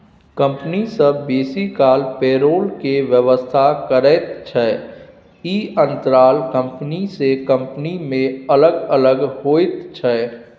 company सब बेसी काल पेरोल के व्यवस्था करैत छै, ई अंतराल कंपनी से कंपनी में अलग अलग होइत छै